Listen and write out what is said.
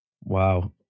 Wow